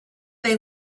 they